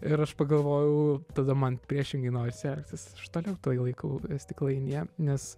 ir aš pagalvojau tada man priešingai norisi elgtis toliau toj laikau stiklainyje nes